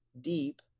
deep